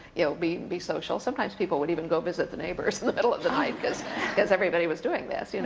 you know be be social. sometimes people would even go visit with the neighbors in the middle of the night because because everybody was doing this. and